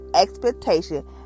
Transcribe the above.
expectation